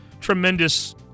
tremendous